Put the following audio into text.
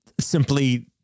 simply